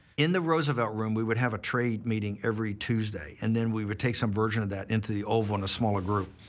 in the roosevelt room, we would have a trade meeting every tuesday, and then we would take some version of that into the oval in a smaller group.